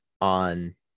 on